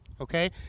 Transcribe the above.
Okay